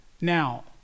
Now